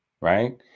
right